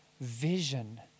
vision